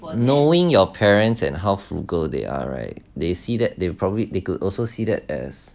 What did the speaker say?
knowing your parents and how frugal they are right they see that they will probably they could also see that as